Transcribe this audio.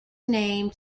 named